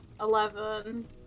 Eleven